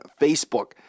Facebook